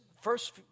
first